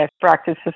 practices